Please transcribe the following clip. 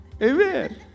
Amen